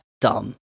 dumb